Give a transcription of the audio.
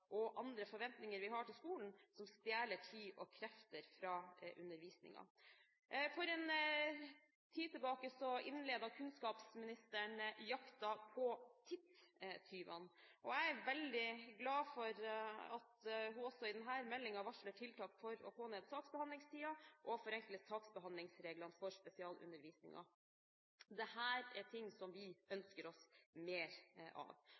og andre forventninger vi har til skolen, som stjeler tid og krefter fra undervisningen. For en tid tilbake innledet kunnskapsministeren jakten på tidstyvene. Jeg er veldig glad for at hun også i denne meldingen varsler tiltak for å få ned saksbehandlingstiden og forenkle saksbehandlingsreglene for spesialundervisningen. Dette er ting vi ønsker oss mer av.